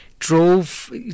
Drove